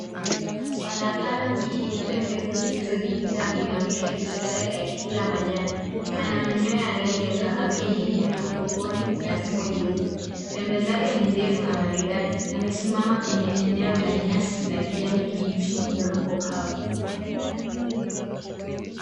Swala Pala mwenye pembe zilizo jipinda ameinamisha kichwa chake akila majani. Ana manyoya ya kahawia nyekundu mgongoni na umbo jeupe. Pembe zake ni ndefu na maridadi. Amesimama kwenye eneo la nyasi la kijani kibichi na udongo kavu.